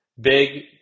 Big